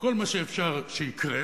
וכל מה שאפשר רק שיקרה,